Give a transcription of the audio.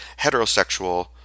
heterosexual